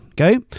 okay